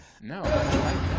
No